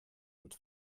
mit